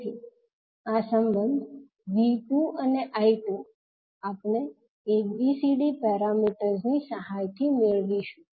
તેથી આ સંબંધ 𝐕2 અને 𝐈2 આપણે ABCD પેરામીટર્સ ની સહાયથી મેળવીશું